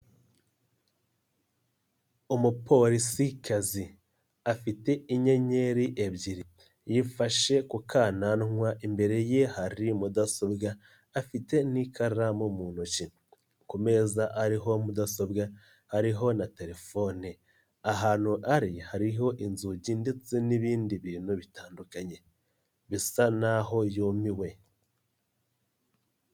Umupolisikazi, afite inyenyeri ebyiri. Yifashe ku kananwa imbere ye hari mudasobwa, afite n'ikaramu mu ntoki. Ku meza ariho mudasobwa hariho na telefone. Ahantu ari hariho inzugi ndetse n'ibindi bintu bitandukanye. Bisa naho yumiwe.